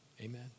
Amen